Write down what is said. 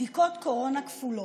בדיקות קורונה כפולות,